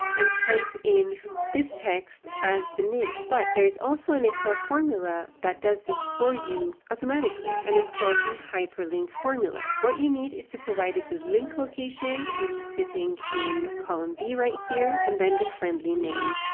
and type in this text as the name. but there's also an excel formula that does this for you automatically, and it's called the hyperlink formula. what you need is to provide the link location which is sitting in column b right here, and then the friendly name,